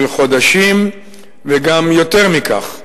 של חודשים וגם יותר מכך.